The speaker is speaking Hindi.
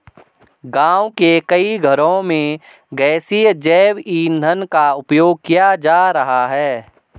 गाँव के कई घरों में गैसीय जैव ईंधन का उपयोग किया जा रहा है